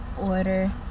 order